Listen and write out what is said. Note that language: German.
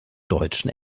deutschen